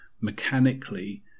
mechanically